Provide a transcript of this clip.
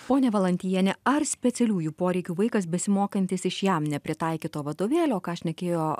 ponia valantiejiene ar specialiųjų poreikių vaikas besimokantis iš jam nepritaikyto vadovėlio ką šnekėjo